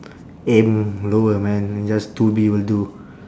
aim lower man just two B will do